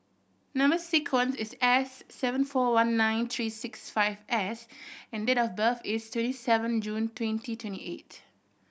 number sequence is S seven four one nine three six five S and date of birth is twenty seven June twenty twenty eight